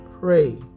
pray